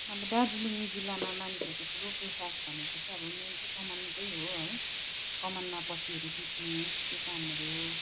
हाम्रो दार्जिलिङ जिल्लामा मानिसहरूको ठुलो पेसा भनेको चाहिँ अब मेन चाहिँ कमानकै हो है कमानमा पत्तीहरू टिप्ने त्यो कामहरू